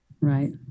Right